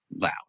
loud